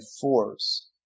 force